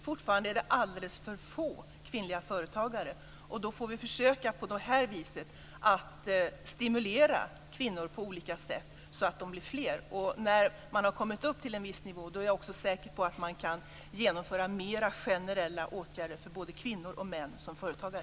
Fortfarande är det alldeles för få kvinnliga företagare, och därför får vi på det här sättet försöka att stimulera kvinnor så att de blir fler. När man har kommit upp till en viss nivå, är jag säker på att man kan genomföra mera generella åtgärder för både kvinnor och män som företagare.